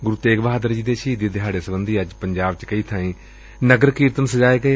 ਗੁਰੁ ਤੇਗ ਬਹਾਦਰ ਜੀ ਦੇ ਸ਼ਹੀਦੀ ਦਿਹਾੜੇ ਸਬੰਧੀ ਅੱਜ ਪੰਜਾਬ ਚ ਕਈ ਬਾਈ ਨਗਰ ਕੀਰਤਨ ਸਜਾਏ ਗਏ